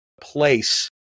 place